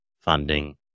funding